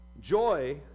Joy